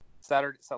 Saturday